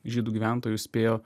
žydų gyventojų spėjo